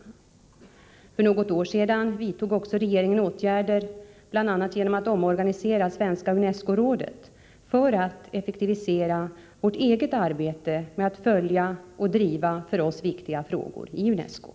För något år sedan 15 januari 1985 vidtog också regeringen åtgärder, bl.a. genom att omorganisera Svenska unescorådet, för att effektivisera vårt eget arbete med att följa och driva för Ominriktningen av oss viktiga frågor i UNESCO.